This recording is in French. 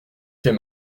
fait